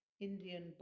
Indian